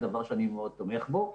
דבר שאני מאוד תומך בו,